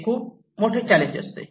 ते खूप खूप मोठे चॅलेंज असते